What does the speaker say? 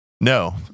no